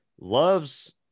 loves